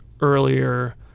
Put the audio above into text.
earlier